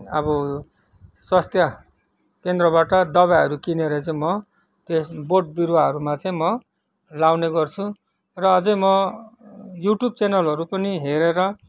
अब स्वास्थ्य केन्द्रबाट दबाईहरू किनेर चाहिँ म त्यस बोट बिरुवाहरूमा चाहिँ म लाउने गर्छु र अझै म युट्युब च्यानलहरू पनि हेरेर